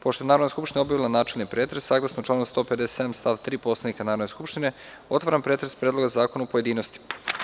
Pošto je Narodna skupština obavila načelni pretres, saglasno članu 157. stav 3. Poslovnika Narodne skupštine, otvaram pretres Predloga zakona u pojedinostima.